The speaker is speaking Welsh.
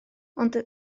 ond